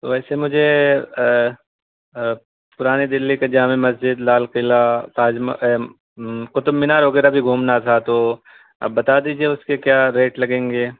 ویسے مجھے پرانی دہلی کا جامع مسجد لال قلعہ تاج قطب مینار وغیرہ بھی گھومنا تھا تو اب بتا دیجیے اس کے کیا ریٹ لگیں گے